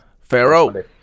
Pharaoh